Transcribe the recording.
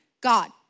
God